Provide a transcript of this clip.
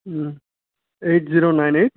ம் eight zero nine eight